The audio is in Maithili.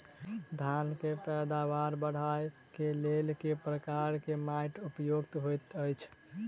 धान केँ पैदावार बढ़बई केँ लेल केँ प्रकार केँ माटि उपयुक्त होइत अछि?